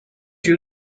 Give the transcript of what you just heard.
you